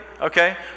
Okay